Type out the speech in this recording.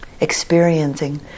experiencing